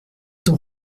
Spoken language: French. ton